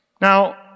Now